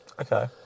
Okay